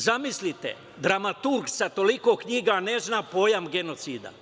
Zamislite dramaturg sa toliko knjiga, ne zna pojam „genocida“